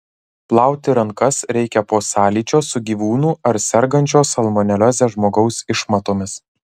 plauti rankas reikia po sąlyčio su gyvūnų ar sergančio salmonelioze žmogaus išmatomis